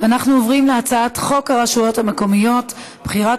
אנחנו עוברים להצעת חוק הרשויות המקומיות (בחירת